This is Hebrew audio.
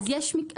הזמנים.